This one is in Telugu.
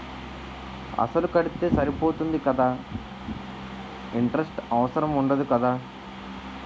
అసలు కడితే సరిపోతుంది కదా ఇంటరెస్ట్ అవసరం ఉండదు కదా?